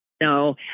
No